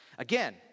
Again